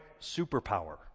superpower